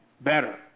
better